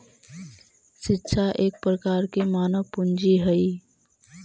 शिक्षा एक प्रकार के मानव पूंजी हइ